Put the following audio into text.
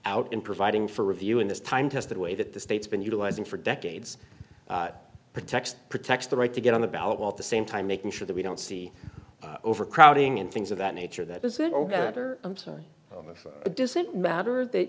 out in providing for review in this time tested way that the state's been utilizing for decades protection protects the right to get on the ballot while at the same time making sure that we don't see overcrowding and things of that nature that does it ok i'm sorry does it matter that